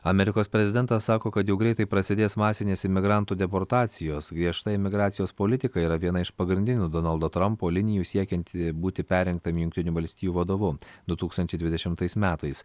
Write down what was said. amerikos prezidentas sako kad jau greitai prasidės masinės imigrantų deportacijos griežta imigracijos politika yra viena iš pagrindinių donaldo trampo linijų siekianti būti perrinktam jungtinių valstijų vadovu du tūkstančiai dvidešimtais metais